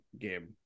game